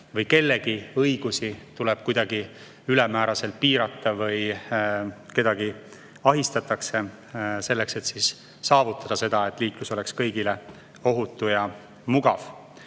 et kellegi õigusi tuleb kuidagi ülemääraselt piirata või kedagi ahistatakse selleks, et saavutada seda, et liiklus on kõigile ohutu ja mugav.